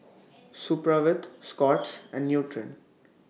Supravit Scott's and Nutren